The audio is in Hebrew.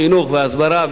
חינוך והסברה,